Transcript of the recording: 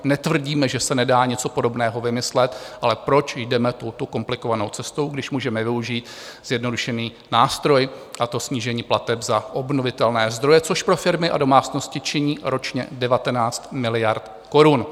Netvrdíme, že se nedá něco podobného vymyslet, ale proč jdeme touto komplikovanou cestou, když můžeme využít zjednodušený nástroj, a to snížení plateb za obnovitelné zdroje, což pro firmy a domácnosti činí ročně 19 miliard korun.